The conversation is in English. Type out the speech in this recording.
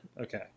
Okay